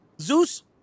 Zeus